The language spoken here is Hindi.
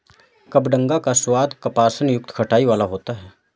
कबडंगा का स्वाद कसापन युक्त खटाई वाला होता है